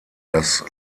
das